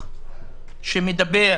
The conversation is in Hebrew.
לגבי